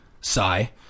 Sigh